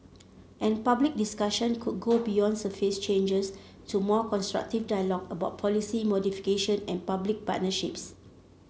and public discussion could go beyond surface changes to more constructive dialogue about policy modification and public partnerships